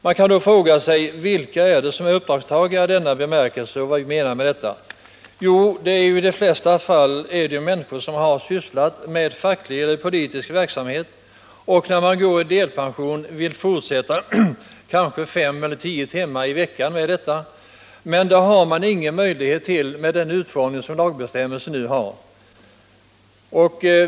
Man kan i det här sammanhanget fråga sig vilka det är som är uppdragstagare i denna bemärkelse och vad som menas med det. I de flesta fall är det fråga om människor som har sysslat med facklig eller politisk verksamhet och som när de går i delpension vill fortsätta kanske fem eller tio timmar i veckan med detta. Det har de emellertid ingen möjlighet till med den utformning som lagbestämmelsen nu har.